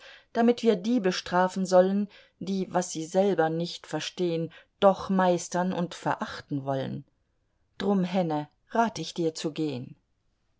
damit wir die bestrafen sollen die was sie selber nicht verstehn doch meistern und verachten wollen drum henne rat ich dir zu gehn